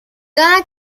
cada